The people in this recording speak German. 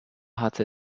hatte